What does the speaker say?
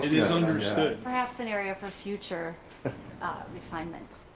is understood. perhaps scenario for future refinement.